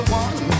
one